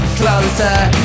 closer